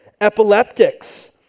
epileptics